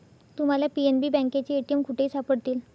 तुम्हाला पी.एन.बी बँकेचे ए.टी.एम कुठेही सापडतील